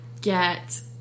get